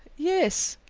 yes.